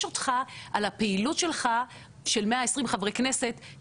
אותך על הפעילות שלך של 120 חברי כנסת,